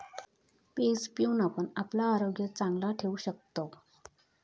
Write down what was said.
page पिऊन आपण आपला आरोग्य चांगला ठेवू शकतव